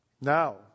now